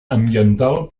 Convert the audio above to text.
ambiental